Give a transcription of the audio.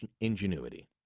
ingenuity